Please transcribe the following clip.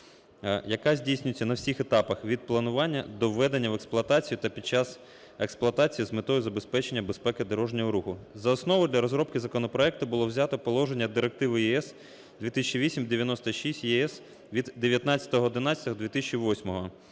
яка здійснюється на всіх етапах від планування до введення в експлуатацію та під час експлуатації з метою забезпечення безпеки дорожнього руху. За основу для розробки законопроекту було взято положення Директиви ЄС 2008/96/ЄС від 19.11.2008 про